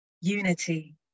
unity